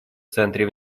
центре